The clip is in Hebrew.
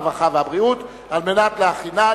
הרווחה והבריאות נתקבלה.